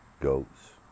goats